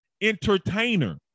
entertainer